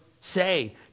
say